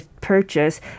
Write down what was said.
purchase